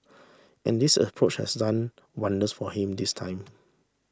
and this approach has done wonders for him this time